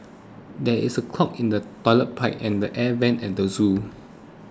there is a clog in the Toilet Pipe and the Air Vents at the zoo